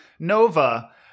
Nova